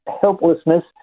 helplessness